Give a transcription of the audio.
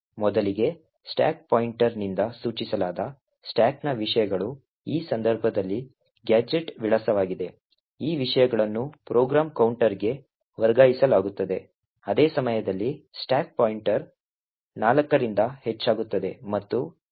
ಮೊದಲಿಗೆ ಸ್ಟಾಕ್ ಪಾಯಿಂಟರ್ನಿಂದ ಸೂಚಿಸಲಾದ ಸ್ಟಾಕ್ನ ವಿಷಯಗಳು ಈ ಸಂದರ್ಭದಲ್ಲಿ ಗ್ಯಾಜೆಟ್ ವಿಳಾಸವಾಗಿದೆ ಈ ವಿಷಯಗಳನ್ನು ಪ್ರೋಗ್ರಾಂ ಕೌಂಟರ್ಗೆ ವರ್ಗಾಯಿಸಲಾಗುತ್ತದೆ ಅದೇ ಸಮಯದಲ್ಲಿ ಸ್ಟಾಕ್ ಪಾಯಿಂಟರ್ 4 ರಿಂದ ಹೆಚ್ಚಾಗುತ್ತದೆ ಮತ್ತು ""deadbeef""ನ ಸ್ಥಳವನ್ನು ಒಳಗೊಂಡಿರುತ್ತದೆ